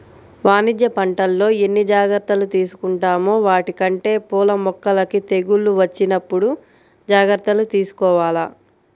వాణిజ్య పంటల్లో ఎన్ని జాగర్తలు తీసుకుంటామో వాటికంటే పూల మొక్కలకి తెగుళ్ళు వచ్చినప్పుడు జాగర్తలు తీసుకోవాల